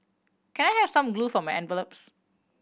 can I have some glue for my envelopes